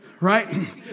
Right